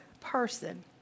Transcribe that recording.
person